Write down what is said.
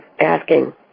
asking